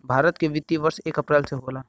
भारत के वित्तीय वर्ष एक अप्रैल से होला